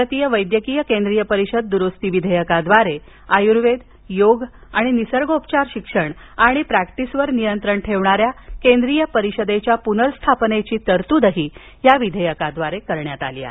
भारतीय वैद्यकीय केंद्रीय परिषद द्रुस्ती विधेयकाद्वारे आयुर्वेद योग आणि निसर्गोपचार शिक्षण आणि प्रॅक्टिसवर नियंत्रण ठेवणाऱ्या केंद्रीय परिषदेच्या पुनर्स्थापनेची तरतूद करण्यात आली आहे